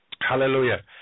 Hallelujah